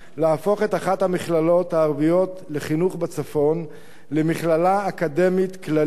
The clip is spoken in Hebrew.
להפוך את אחת המכללות ערביות לחינוך בצפון למכללה אקדמית כללית,